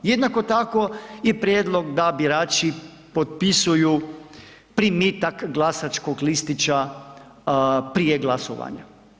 Jednako tako i prijedlog da birači potpisuju primitak glasačkog listića prije glasovanja.